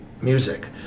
music